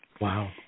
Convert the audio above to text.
Wow